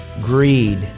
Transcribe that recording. Greed